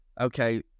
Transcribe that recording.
okay